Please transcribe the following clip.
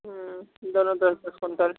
दोनों दस दस कुंटल